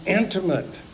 intimate